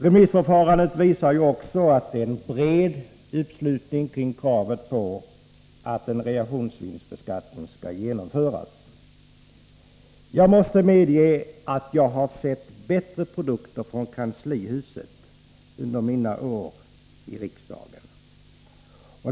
Remissförfarandet visar också att det är en bred uppslutning kring kravet på att en realisationsvinstbeskattning skall genomföras. Jag måste medge att jag har sett bättre produkter från kanslihuset under mina år i riksdagen.